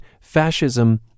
Fascism